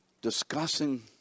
discussing